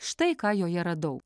štai ką joje radau